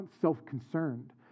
self-concerned